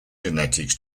genetics